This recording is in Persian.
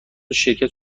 شرکت